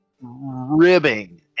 ribbing